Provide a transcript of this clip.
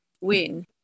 win